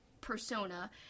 persona